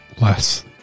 Less